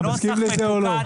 אתה מסכים לזה או לא?